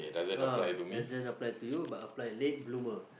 ah doesn't apply to you but apply late bloomer